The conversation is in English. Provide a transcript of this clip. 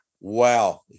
Wow